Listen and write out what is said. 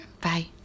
Bye